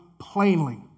plainly